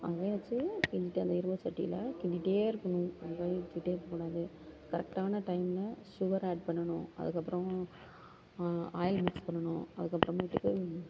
அதையே வச்சு கிண்டிட்டு அந்த இரும்பு சட்டியில் கிண்டிகிட்டே இருக்கணும் இருக்கக்கூடாது கரெக்டான டைமில் சுகரு ஆட் பண்ணணும் அதுக்கு அப்பறம் ஆயில் மிக்ஸ் பண்ணணும் அதுக்கு அப்புறமேட்டுக்கு